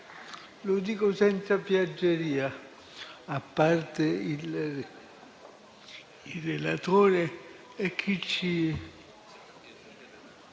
lo dico senza piaggeria - a parte il relatore e chi, con